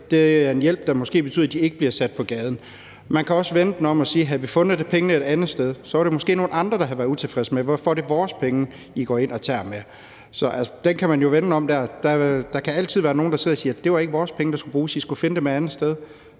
det er en hjælp, der måske betyder, at de ikke bliver sat på gaden. Man kan også vende den om og sige, at havde vi fundet pengene et andet sted, var det måske nogle andre, der havde været utilfredse med det og spurgt: Hvorfor er det vores penge, I går ind og tager? Den kan man jo altså vende om. Der kan altid være nogle, der sidder og siger: Det var ikke vores penge, der skulle bruges, I skulle finde dem et andet sted.